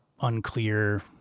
unclear